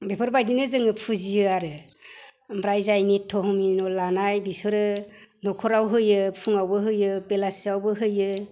बेफोरबायदिनो जोङो फुजियो आरो ओमफ्राय जाय नित्य' हमनि न' लानाय बिसोरो न'खराव होयो फुङावबो होयो बेलासियावबो होयो